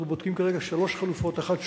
אנחנו בודקים כרגע שלוש חלופות: האחת,